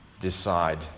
decide